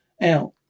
out